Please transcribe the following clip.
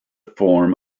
form